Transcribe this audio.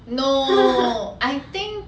no I think